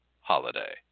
Holiday